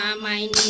um mind